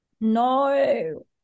No